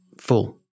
full